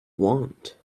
want